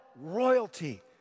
royalty